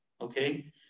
Okay